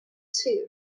too